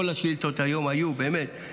כל השאילתות היום היו איכותיות,